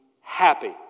happy